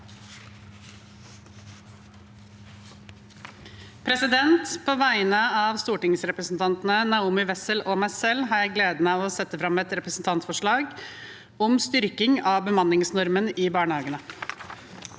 På vegne av stor- tingsrepresentanten Naomi Wessel og meg selv har jeg gleden av å sette fram et representantforslag om styrking av bemanningsnormen i barnehagene.